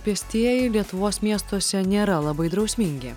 pėstieji lietuvos miestuose nėra labai drausmingi